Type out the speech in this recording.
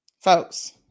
Folks